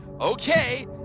Okay